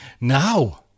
Now